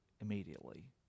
immediately